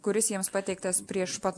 kuris jiems pateiktas prieš pat